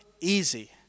easy